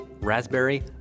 raspberry